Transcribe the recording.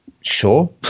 sure